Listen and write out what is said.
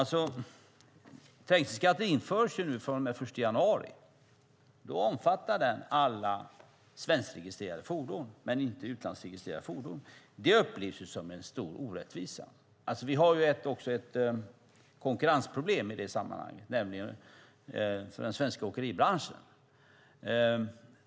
Trängselskatten införs ju från den 1 januari. Då omfattar den alla svenskregistrerade fordon men inte utlandsregistrerade fordon. Det upplevs som en stor orättvisa. Vi har också ett konkurrensproblem i det sammanhanget, nämligen den svenska åkeribranschen.